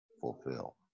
Fulfill